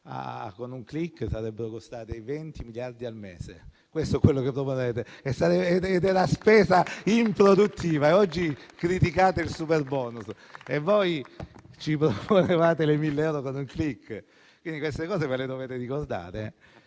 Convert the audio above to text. con un *click* sarebbero costati 20 miliardi al mese. Questo è quello che proponete, la spesa improduttiva: oggi criticate il superbonus e volevate 1.000 euro con un *click*. Queste cose ve le dovete ricordare: